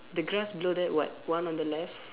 the grass below that what one on the left